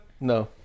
No